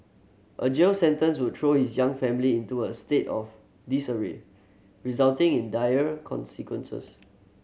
a jail sentence would throw his young family into a state of disarray resulting in dire consequences